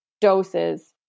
doses